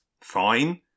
fine